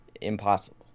impossible